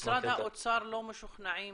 במשרד האוצר לא משוכנעים